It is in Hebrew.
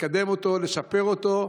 לקדם אותו, לשפר אותו.